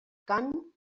cant